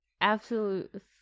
Absolute